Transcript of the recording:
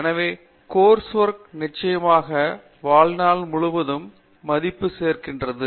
எனவே course work நிச்சயமாக வாழ்நாள் முழுவதும் மதிப்பு சேர்க்கிறது